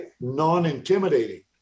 non-intimidating